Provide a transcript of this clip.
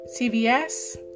CVS